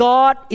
God